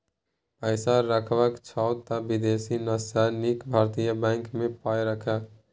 पैसा रखबाक छौ त विदेशी सँ नीक भारतीय बैंक मे पाय राख